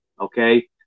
Okay